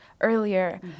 earlier